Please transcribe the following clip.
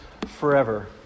forever